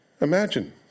Imagine